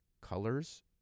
colors